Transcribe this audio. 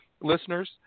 listeners